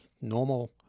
normal